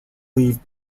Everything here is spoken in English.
leave